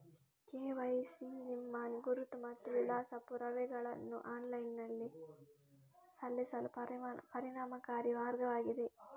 KYC ನಿಮ್ಮ ಗುರುತು ಮತ್ತು ವಿಳಾಸ ಪುರಾವೆಗಳನ್ನು ಆನ್ಲೈನಿನಲ್ಲಿ ಸಲ್ಲಿಸಲು ಪರಿಣಾಮಕಾರಿ ಮಾರ್ಗವಾಗಿದೆ